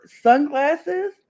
sunglasses